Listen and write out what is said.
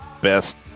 best